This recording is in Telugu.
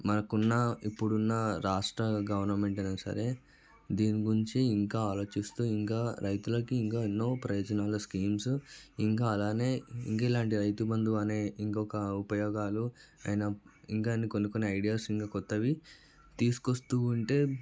మనకి ఉన్న ఇప్పుడున్న రాష్ట్ర గవర్నమెంట్ అయినా సరే దీని గురించి ఇంకా ఆలోచిస్తూ ఇంకా రైతులకి ఇంకా ఎన్నో ప్రయోజనాల స్కీమ్స్ ఇంకా అలానే ఇంకా ఇలాంటి రైతుబంధు అనే ఇంకొక ఉపయోగాలు ఆయన ఇంకా అని కొనుక్కుని ఐడియాస్ ఇంకా క్రొత్తవి తీసుకొస్తూ ఉంటే